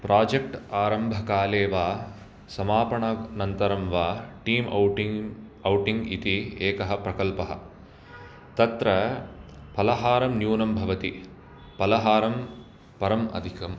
project आरम्भकाले वा समापनानन्तरं वा टीम् औटिङ्ग् औटिङ्ग् इति एकः प्रकल्पः तत्र फलहारं न्यूनं भवति फलहारं परम् अधिकम्